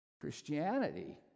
Christianity